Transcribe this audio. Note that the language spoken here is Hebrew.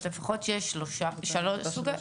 אז שלפחות יהיו שלושה סוגים.